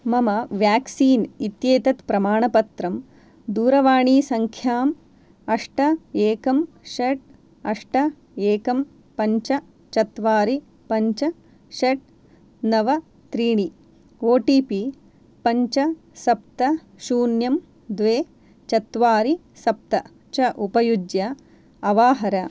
मम व्याक्सीन् इत्येतत् प्रमाणपत्रं दूरवाणीसङ्ख्यां अष्ट एकं षट् अष्ट एकं पञ्च चत्वारि पञ्च षट् नव त्रीणि ओ टि पि पञ्च सप्त शून्यं द्वे चत्वारि सप्त च उपयुज्य अवाहर